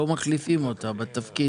לא מחליפים אותה בתפקיד.